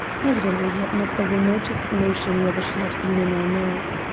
evidently he had not the remotest notion whether she had been in or not.